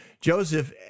Joseph